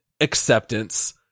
acceptance